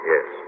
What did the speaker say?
Yes